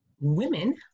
women